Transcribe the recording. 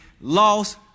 lost